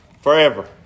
forever